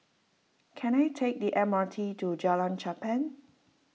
can I take the M R T to Jalan Cherpen